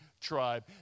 tribe